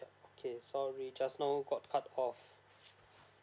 yeah okay sorry just now got cut off